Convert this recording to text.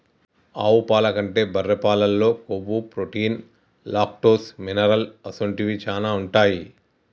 ఆవు పాల కంటే బర్రె పాలల్లో కొవ్వు, ప్రోటీన్, లాక్టోస్, మినరల్ అసొంటివి శానా ఉంటాయి